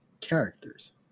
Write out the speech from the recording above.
characters